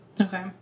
okay